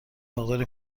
مقداری